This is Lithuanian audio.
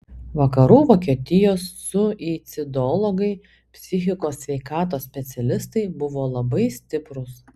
vakarų vokietijos suicidologai psichikos sveikatos specialistai buvo labai stiprūs